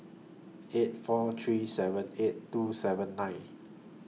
eight four three seven eight two seven nine